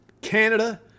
Canada